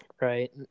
right